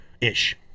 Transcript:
ish